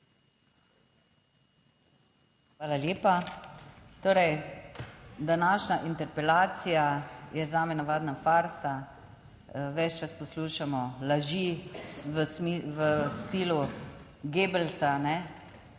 Hvala lepa. Torej današnja interpelacija je zame navadna farsa. Ves čas poslušamo laži v stilu Goebbelsa,